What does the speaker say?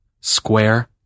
square